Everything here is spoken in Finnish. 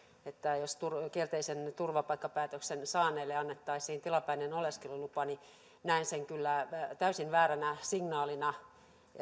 että kielteisen turvapaikkapäätöksen saaneelle annettaisiin tilapäinen oleskelulupa että näen sen kyllä täysin vääränä